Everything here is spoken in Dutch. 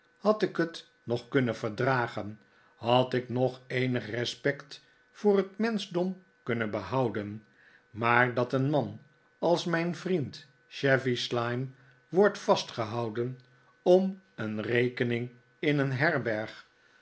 had ik het nog kunnen verdragen had ik nog eenig respect voor het menschdom kunnen behouden maar dat een man als mijn vriend chevy slyme wordt vastgehouden om een rekening in een herberg